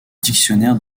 dictionnaire